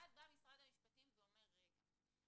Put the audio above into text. ואז בא משרד המשפטים ואומר רגע,